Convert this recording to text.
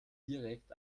direkt